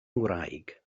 ngwraig